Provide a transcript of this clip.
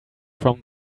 from